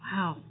Wow